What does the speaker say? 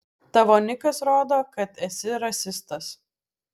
tavo nikas rodo kad esi rasistas